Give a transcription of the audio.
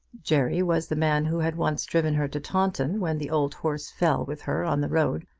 jerry was the man who had once driven her to taunton when the old horse fell with her on the road.